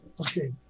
okay